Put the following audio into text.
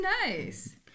nice